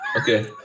Okay